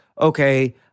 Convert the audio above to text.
okay